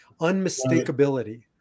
unmistakability